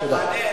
תודה.